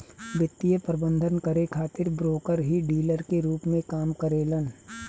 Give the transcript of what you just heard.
वित्तीय प्रबंधन करे खातिर ब्रोकर ही डीलर के रूप में काम करेलन